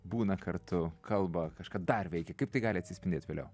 būna kartu kalba kažką dar veikia kaip tai gali atsispindėt vėliau